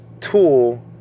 tool